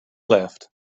left